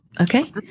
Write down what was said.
Okay